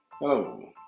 Hello